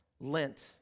Lent